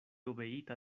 obeita